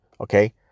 okay